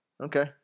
Okay